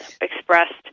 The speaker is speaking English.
expressed